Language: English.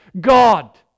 God